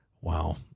Wow